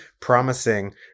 promising